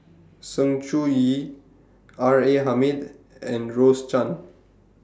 Sng Choon Yee R A Hamid and Rose Chan